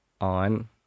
on